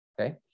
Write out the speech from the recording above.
okay